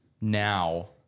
now